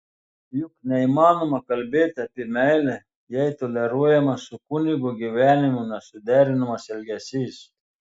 juk neįmanoma kalbėti apie meilę jei toleruojamas su kunigo gyvenimu nesuderinamas elgesys